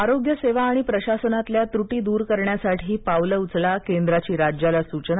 आरोग्य सेवा आणि प्रशासनातल्या त्रूटी दुर करण्यासाठी पावलं उचलला केंद्राची राज्याला सूचना